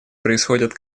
происходят